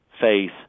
faith